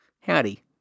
howdy